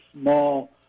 small